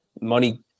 money